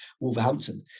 Wolverhampton